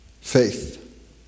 Faith